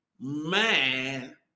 man